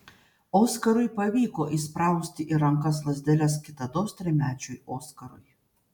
oskarui pavyko įsprausti į rankas lazdeles kitados trimečiui oskarui